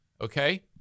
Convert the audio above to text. Okay